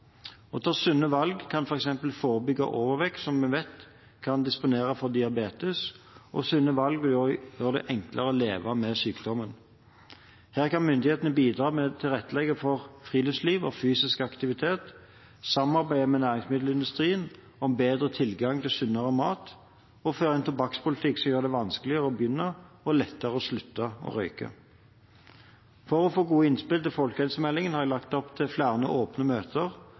Å ta sunne valg kan f.eks. forebygge overvekt, som vi vet kan disponere for diabetes, og sunne valg vil også gjøre det enklere å leve med sykdommen. Her kan myndighetene bidra ved å tilrettelegge for friluftsliv og fysisk aktivitet, samarbeide med næringsmiddelindustrien om bedre tilgang til sunnere mat og føre en tobakkspolitikk som gjør det vanskeligere å begynne, og lettere å slutte, å røyke. For å få gode innspill til folkehelsemeldingen har jeg lagt opp til flere åpne møter,